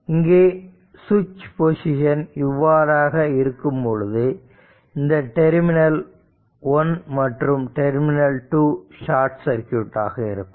இங்கே சுவிட்ச் பொசிஷன் இவ்வாறாக இருக்கும் பொழுது இந்த டெர்மினல் 1 மற்றும் 2 ஷார்ட் சர்க்யூட் ஆக இருக்கும்